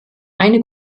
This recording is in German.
eine